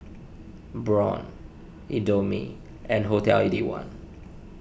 Braun Indomie and Hotel Eighty One